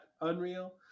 unreal